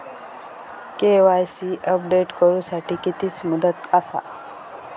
KYC update करू साठी किती मुदत आसा?